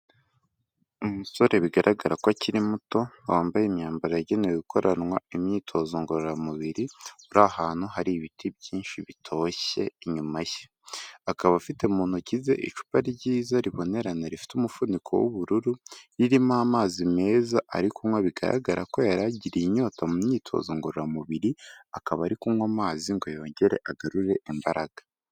Umusore bigaragara ko akiri muto, wambaye imyambaro yagenewe gukoranwa imyitozo ngororamubiri, uri ahantu hari ibiti byinshi bitoshye inyumaye, akaba afite mu ntoki ze icupa ryiza ribonerana rifite umufuniko w'ubururu, ririmo amazi meza ari kunywa, bigaragara ko yari agiriye inyota mu myitozo ngororamubiri, akaba ari kunywa amazi ngo yongere agarure imbaraga.